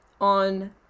on